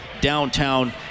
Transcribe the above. Downtown